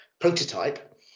prototype